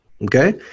Okay